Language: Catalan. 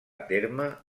terme